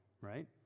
right